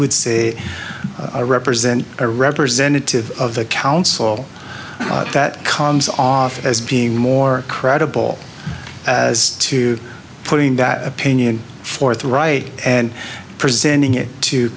would represent a representative of the council that comes off as being more credible as to putting that opinion forth right and presenting it to